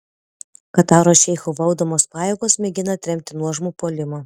kataro šeichų valdomos pajėgos mėgina atremti nuožmų puolimą